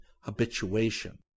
habituation